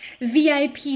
VIP